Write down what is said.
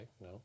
No